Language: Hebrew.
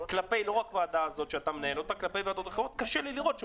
לא רק כלפי הוועדה הזאת שאתה מנהל,